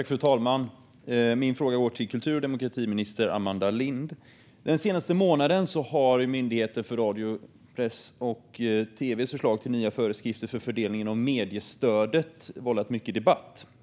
Fru talman! Min fråga går till kultur och demokratiminister Amanda Lind. Den senaste månaden har Myndigheten för press, radio och tv:s förslag till nya föreskrifter för fördelningen av mediestödet vållat mycket debatt.